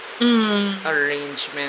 arrangement